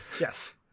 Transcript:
Yes